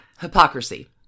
hypocrisy